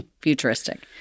futuristic